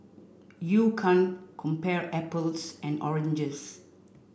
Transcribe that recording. you can't compare apples and oranges